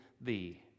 thee